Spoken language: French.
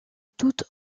toute